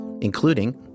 including